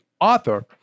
author